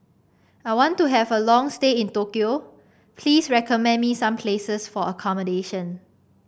I want to have a long stay in Tokyo please recommend me some places for accommodation